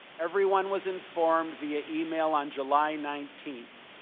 everyone was informed via email on july nineteenth.